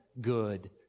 good